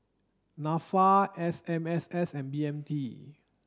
NAFA S M S S and B M T